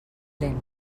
lent